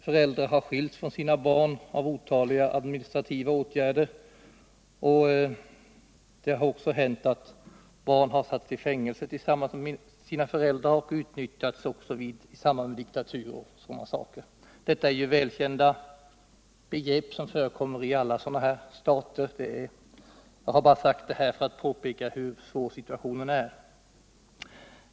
Föräldrar har skilts från sina barn genom otaliga administrativa åtgärder, och det har också hänt att barn satts i fängelse tillsammans med sina föräldrar och även utnyttjats i samband med tortyr o. d. Detta är ju välkända saker som förekommer i alla sådana här stater. Jag har bara nämnt det för att påpeka hur svår situationen är.